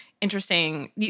interesting –